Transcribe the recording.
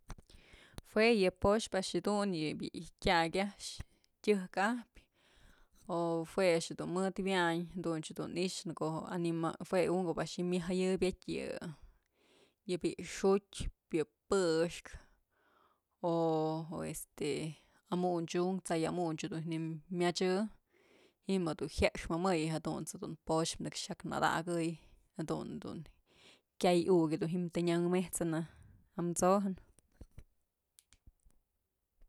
Jue yë po'oxpë a'ax jedun yë bi'i tyak a'ax tyëjkajpyë jue a'ax dun mëd wyañ duñch jedun i'ixë në ko'o je'e anim jue unk ob a'ax jedun myaj jayëbyetyë yë, yë bi'i xu'utpë, yë pëxkë o este amunchunk t'say amunchë ji'im myachë ji'i jedun jexmëmëy jadunt's jedun po'oxpë nëkx jayk nëdakëy jadun jedun kyay ukyë tën nyëmëjsënë amsojën.